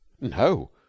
no